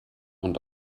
und